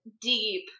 deep